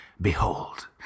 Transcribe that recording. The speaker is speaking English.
behold